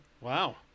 Wow